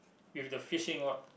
if the fishing what